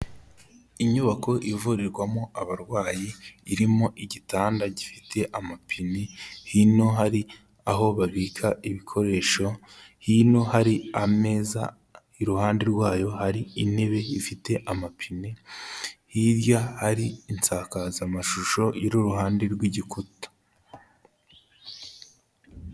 Inyubako ivurirwamo abarwayi, irimo igitanda gifite amapine, hino hari aho babika ibikoresho, hino hari ameza iruhande rwayo hari intebe ifite amapine, hirya ari insakazamashusho, iri ururuhande rw'igikuta.